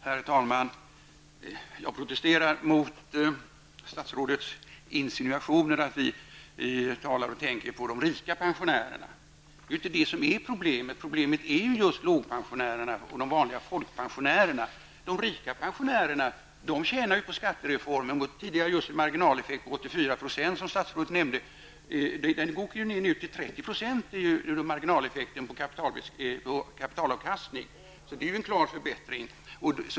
Herr talman! Jag protesterar mot statsrådets insinuationer att vi bara talar om och tänker på de rika pensionärerna. Det är inte de som är problemet. Problemet är lågpensionärerna och de vanliga folkpensionärerna. De rika pensionärerna tjänar ju på skattereformen jämfört med tidigare. Marginaleffekterna på 84 %, som statsrådet nämnde, åker ner till 30 % när det gäller kapitalavkastningen. Det är ju en klar förbättring.